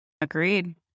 Agreed